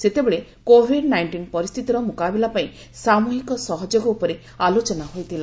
ସେତେବେଳେ covid nineteen ପରିସ୍ଥିତିର ମୁକାବିଲା ପାଇଁ ସାମୁହିକ ସହଯୋଗ ଉପରେ ଆଲୋଚନା ହୋଇଥିଲା